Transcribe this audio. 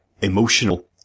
emotional